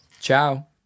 Ciao